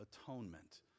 atonement